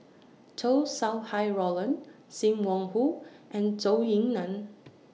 Chow Sau Hai Roland SIM Wong Hoo and Zhou Ying NAN